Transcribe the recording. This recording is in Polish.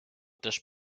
też